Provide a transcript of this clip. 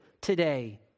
today